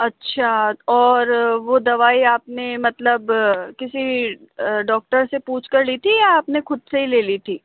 अच्छा और वह दवाई आपने मतलब किसी डॉक्टर से पूछ कर ली थी या आपने ख़ुद से ही ले ली थी